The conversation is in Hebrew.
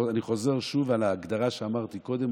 אני חוזר שוב על ההגדרה שאמרתי קודם,